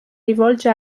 rivolge